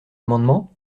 amendement